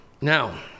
Now